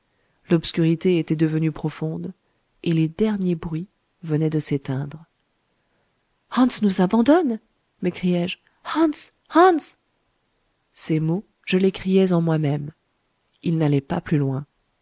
l'obscurité était devenue profonde et les derniers bruits venaient de s'éteindre hans nous abandonne m'écriai-je hans hans ces mots je les criais en moi-même ils n'allaient pas plus loin